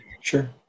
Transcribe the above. Sure